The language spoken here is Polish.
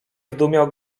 zdumiał